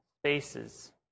spaces